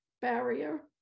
barrier